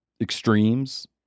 extremes